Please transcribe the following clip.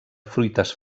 fruites